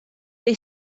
they